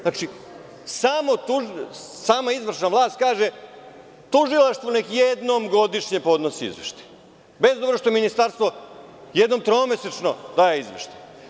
Znači, sama izvršna vlast kaže – tužilaštvo neka jednom godišnje podnosi izveštaj, bez obzira što Ministarstvo jednom tromesečno daje izveštaj.